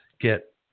get